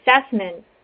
assessment